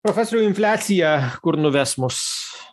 profesoriau infliacija kur nuves mus